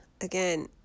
again